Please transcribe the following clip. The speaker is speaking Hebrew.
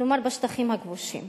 כלומר בשטחים הכבושים.